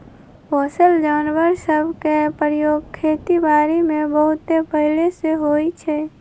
पोसल जानवर सभ के प्रयोग खेति बारीमें बहुते पहिले से होइ छइ